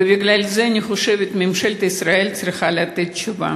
ולכן, אני חושבת שממשלת ישראל צריכה לתת תשובה.